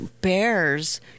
Bears